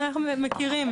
אנחנו מכירים.